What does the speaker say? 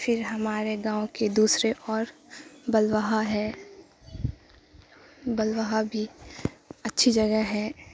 پھر ہمارے گاؤں کے دوسرے اور بلواہا ہے بلواہا بھی اچھی جگہ ہے